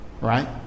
right